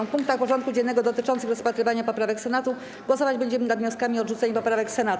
W punktach porządku dziennego dotyczących rozpatrywania poprawek Senatu głosować będziemy nad wnioskami o odrzucenie poprawek Senatu.